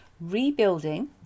Rebuilding